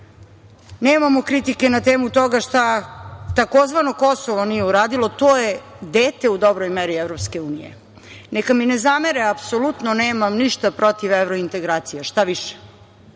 Nemamo kritike na temu toga šta tzv. Kosovo nije uradilo. To je dete, u dobroj meri, EU. Neka mi ne zamere. Apsolutno nemam ništa protiv evrointegracija, šta više,